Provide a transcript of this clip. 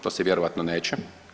To se vjerojatno neće.